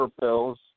pills